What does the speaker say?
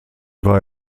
war